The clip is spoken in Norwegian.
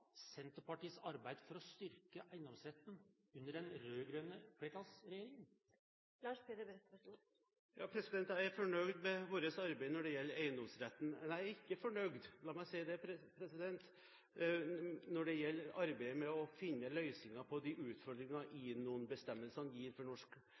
Senterpartiets arbeid for å styrke eiendomsretten under den rød-grønne flertallsregjeringen? Jeg er fornøyd med vårt arbeid når det gjelder eiendomsretten, men jeg er ikke fornøyd – la meg si det – når det gjelder arbeidet med å finne løsninger på de utfordringene INON-bestemmelsene gir norsk